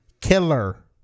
killer